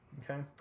Okay